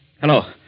Hello